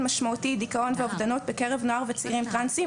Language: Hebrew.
משמעותי דיכאון ואובדנות בקרב נוער וצעירים טרנסים,